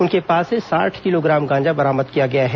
उनके पास से साठ किलोग्राम गांजा बरामद किया गया है